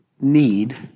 need